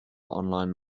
online